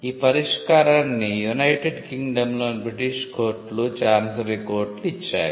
ఈ పరిష్కారాన్ని యునైటెడ్ కింగ్డమ్లోని బ్రిటిష్ కోర్టులు చాన్సరీ కోర్టులు ఇచ్చాయి